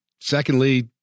secondly